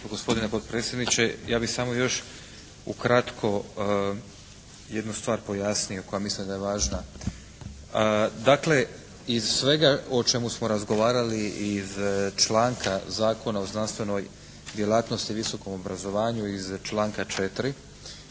gospodine potpredsjedniče. Ja bih samo još ukratko jednu stvar pojasnio koju mislim da je važna. Dakle iz svega o čemu smo razgovarali iz članka Zakona o znanstvenoj djelatnosti i visokom obrazovanju, iz članka 4.